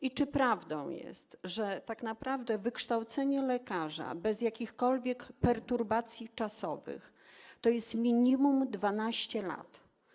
I czy prawdą jest, że tak naprawdę wykształcenie lekarza bez jakichkolwiek perturbacji czasowych to jest minimum 12 lat?